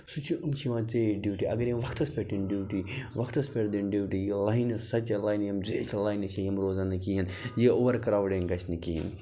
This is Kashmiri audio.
سُہ چھِ یِم چھِ یِوان زیٖرۍ ڈیوٗٹی اَگر یِم وقتَس پٮ۪ٹھ یِن ڈیوٗٹی وقتَس پٮ۪ٹھ دِن ڈیوٗٹی یہِ لایِن سَچ اے لاینہٕ یِم زیچھِ لاینہٕ چھِ یِم روزَن نہٕ کِہیٖنۍ یہِ اوٚوَر کرٛاوڈِنٛگ گژھِ نہٕ کِہیٖنۍ